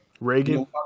Reagan